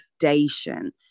foundation